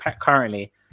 currently